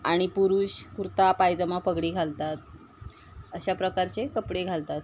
आणि पुरुष कुर्ता पायजामा पगडी घालतात अशा प्रकारचे कपडे घालतात